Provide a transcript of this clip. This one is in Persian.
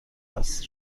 است